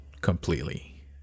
completely